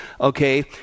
okay